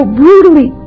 brutally